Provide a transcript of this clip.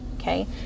Okay